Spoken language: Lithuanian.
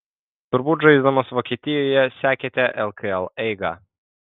turbūt žaisdamas vokietijoje sekėte lkl eigą